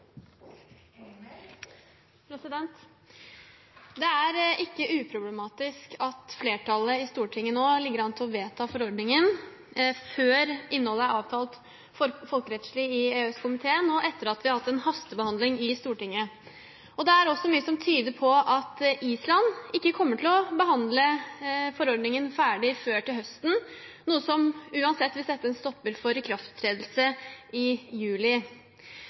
Det er ikke uproblematisk at flertallet i Stortinget nå ligger an til å vedta forordningen før innholdet er avtalt folkerettslig i EØS-komiteen, og etter at vi har hatt en hastebehandling i Stortinget. Det er også mye som tyder på at Island ikke kommer til å behandle forordningen ferdig før til høsten, noe som uansett vil sette en stopper for ikrafttredelse i juli.